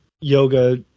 yoga